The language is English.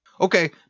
Okay